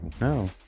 no